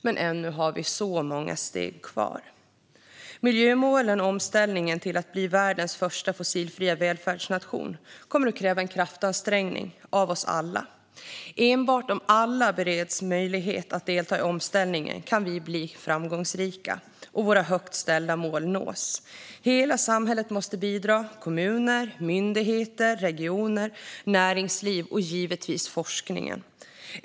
Men ännu har vi många steg kvar. Miljömålen och omställningen till att bli väldens första fossilfria välfärdsnation kommer att kräva en kraftansträngning av oss alla. Enbart om alla bereds möjlighet att delta i omställningen kan vi bli framgångsrika, och våra högt ställda mål kan nås. Hela samhället måste bidra - kommuner, myndigheter, regioner, näringsliv och givetvis forskningen.